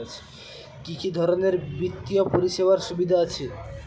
কি কি ধরনের বিত্তীয় পরিষেবার সুবিধা আছে?